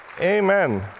Amen